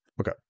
Okay